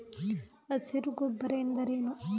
ಹಸಿರು ಗೊಬ್ಬರ ಎಂದರೇನು?